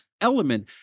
Element